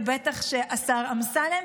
בטח השר אמסלם,